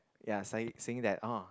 ya saying saying that orh